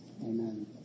Amen